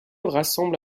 rassemble